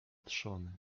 trzony